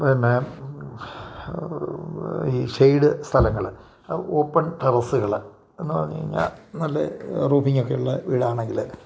പിന്നെ ഈ ഷേയ്ഡ് സ്ഥലങ്ങൾ ഓപ്പൺ ടെറസുകൾ എന്നു പറഞ്ഞു കഴിഞ്ഞാൽ നല്ല റൂഫിങ്ങൊക്കെയുള്ള വീട് ആണെങ്കിൽ